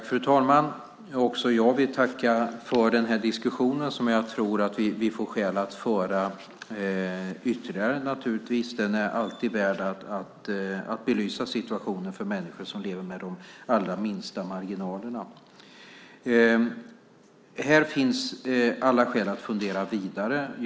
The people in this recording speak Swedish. Fru talman! Jag vill också tacka för den här diskussionen. Jag tror att vi får skäl att föra den igen. Det är alltid värt att belysa situationen för människor som lever med de allra minsta marginalerna. Det finns alla skäl att fundera vidare.